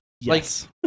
Yes